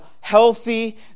healthy